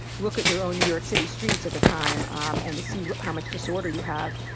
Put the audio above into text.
look at your own new york city streets at the time um and to see how much disorder you have.